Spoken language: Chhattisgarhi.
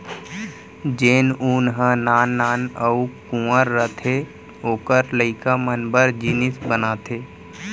जेन ऊन ह नान नान अउ कुंवर रथे ओकर लइका मन बर जिनिस बनाथे